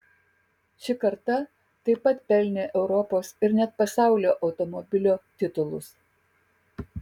ši karta taip pat pelnė europos ir net pasaulio automobilio titulus